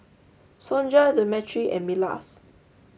Sonja Demetri and Milas